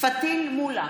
פטין מולא,